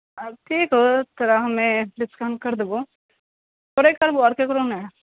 अच्छा ठीक हऽ तोरा हमे डिस्काउन्ट करि देबौ तोरे करबौ आओर ककरो नहि